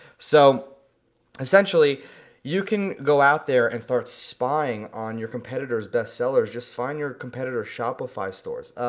so essentially you can go out there and start spying on your competitors' bestsellers, just find your competitors' shopify stores.